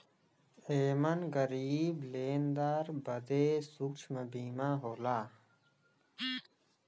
एमन गरीब लेनदार बदे सूक्ष्म बीमा होला